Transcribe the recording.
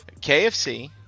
KFC